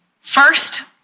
First